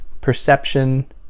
perception